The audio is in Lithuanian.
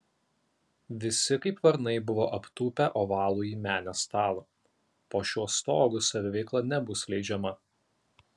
visi kaip varnai buvo aptūpę ovalųjį menės stalą po šiuo stogu saviveikla nebus leidžiama